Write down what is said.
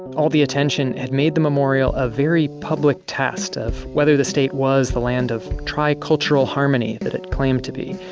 all the attention had made the memorial a very public test of whether the state was the land of tricultural harmony that it claimed to be.